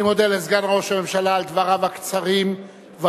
אני מודה לסגן ראש הממשלה על דבריו הקצרים והענייניים,